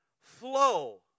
flow